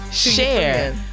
share